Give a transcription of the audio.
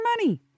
money